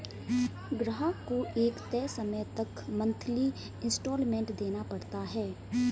ग्राहक को एक तय समय तक मंथली इंस्टॉल्मेंट देना पड़ता है